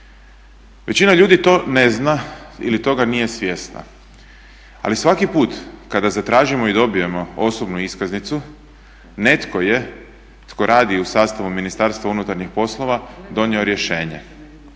Većina ljudi to ne zna ili toga nije svjesna, ali svaki put kada zatražimo i dobijemo osobnu iskaznicu netko je tko radi u sastavu MUP-a donio rješenje.